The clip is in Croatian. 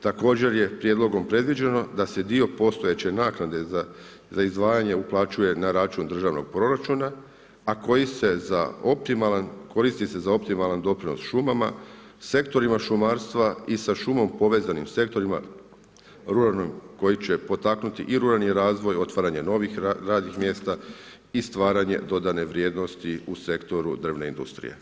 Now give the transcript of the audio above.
Također je prijedlogom predviđeno da se dio postojeće naknade za izdvajanje uplaćuje na račun državnog proračuna a koji se za, koristiti se za optimalan doprinos šumama, sektorima šumarstva i sa šumom povezanim sektorima, ruralnim koji će potaknuti i ruralni razvoj, otvaranje novih radnih mjesta i stvaranje dodatne vrijednosti u sektoru drvne industrije.